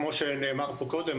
כמו שנאמר פה קודם,